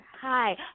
Hi